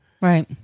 Right